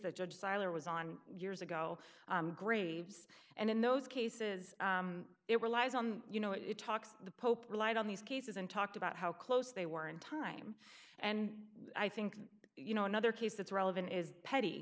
the judge siler was on years ago graves and in those cases it relies on you know it talks the pope relied on these cases and talked about how close they were in time and i think you know another case that's relevant is petty